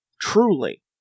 truly